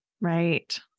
Right